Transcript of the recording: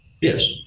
Yes